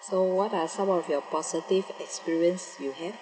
so what are some of your positive experience you have